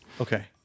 Okay